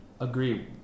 agree